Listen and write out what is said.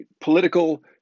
political